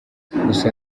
gusa